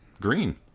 green